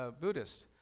Buddhist